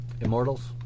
Immortals